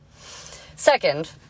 Second